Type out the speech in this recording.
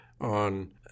on